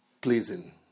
pleasing